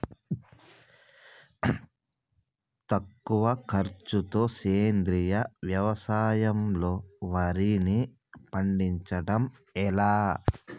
తక్కువ ఖర్చుతో సేంద్రీయ వ్యవసాయంలో వారిని పండించడం ఎలా?